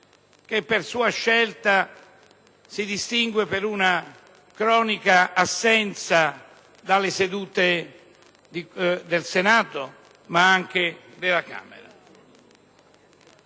che per sua scelta si distingue per una cronica assenza dalle sedute del Senato e anche della Camera.